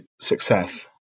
success